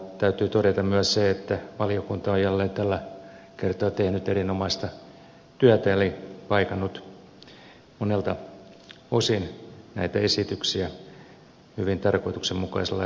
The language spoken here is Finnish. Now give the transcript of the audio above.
täytyy todeta myös se että valiokunta on jälleen tällä kertaa tehnyt erinomaista työtä eli paikannut monelta osin näitä esityksiä hyvin tarkoituksenmukaisella ja hyvällä tavalla